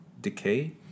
decay